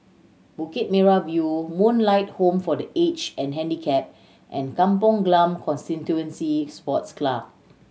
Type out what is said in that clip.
Bukit Merah View Moonlight Home for The Aged and Handicapped and Kampong Glam Constituency Sports Club